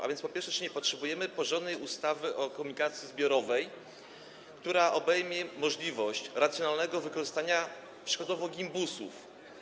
A więc, po pierwsze, czy nie potrzebujemy porządnej ustawy o komunikacji zbiorowej, która obejmie możliwość racjonalnego wykorzystania przykładowo gimbusów?